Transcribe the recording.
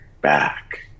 back